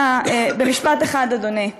משפט אחד, אדוני.